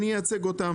אני אייצג אותם